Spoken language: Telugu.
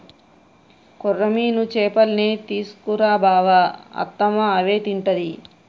కొర్రమీను చేపల్నే తీసుకు రా బావ అత్తమ్మ అవే తింటది